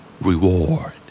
Reward